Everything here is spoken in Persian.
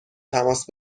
تماس